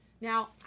Now